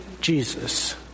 Jesus